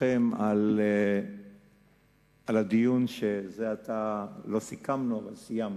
על הדיון שזה עתה לא סיכמנו אבל סיימנו.